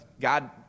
God